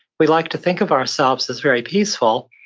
we like to think of ourselves as very peaceful,